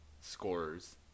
scorers